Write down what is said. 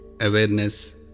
awareness